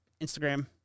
Instagram